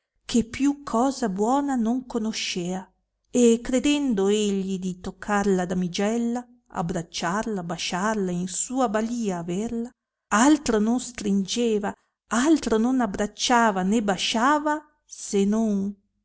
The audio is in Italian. che più cosa buona non conoscea e credendo egli di toccar la damigella abbracciarla basciarla e in sua balìa averla altro non stringeva altro non abbracciava né basciava se non